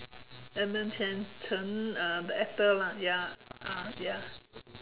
Edmund Chan Cheng uh the actor lah ya ah ya